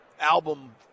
album